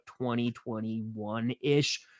2021-ish